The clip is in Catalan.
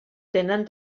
tenen